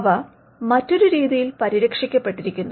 അവ മറ്റൊരു രീതിയിൽ പരിരക്ഷിക്കപ്പെട്ടിരിക്കുന്നു